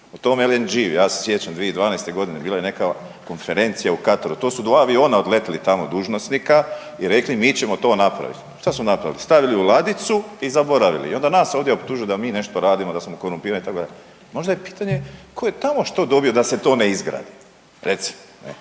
U tom LNG-u, ja se sjećam 2012. g., bila je neka konferencija u Kataru, to su dva aviona odletili tamo dužnosnika i rekli mi ćemo to napraviti. Šta su napravili? Stavili u ladicu i zaboravili i onda nas ovdje optužuju da mi nešto radimo, da smo korumpirani, itd. Možda je pitanje tko je tamo što dobio da se to ne izgradi, recimo,